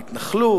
בהתנחלות,